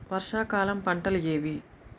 వర్షాకాలం పంటలు ఏవి?